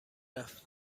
رفت